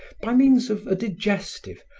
by means of a digestive,